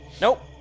Nope